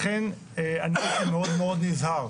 לכן הייתי מאוד נזהר